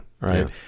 Right